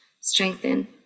strengthen